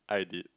I did